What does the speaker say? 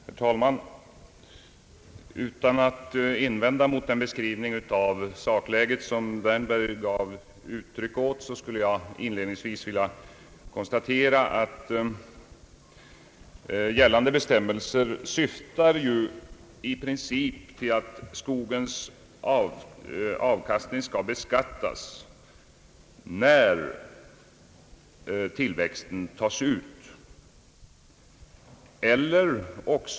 Herr talman! Utan att invända mot den beskrivning av sakläget, som herr Wärnberg gjorde, skulle jag inledningsvis vilja konstatera, att gällande bestämmelser i princip syftar till att skogens avkastning skall beskattas när tillväxten tas ut.